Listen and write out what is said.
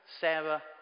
Sarah